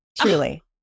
Truly